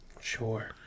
Sure